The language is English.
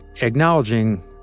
acknowledging